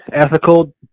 ethical